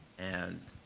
and,